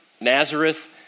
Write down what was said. Nazareth